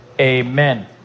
amen